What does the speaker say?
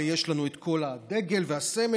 ויש לנו את הדגל והסמל,